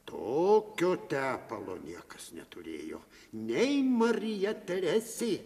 tokio tepalo niekas neturėjo nei marija teresė